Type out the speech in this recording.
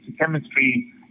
chemistry